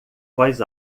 voz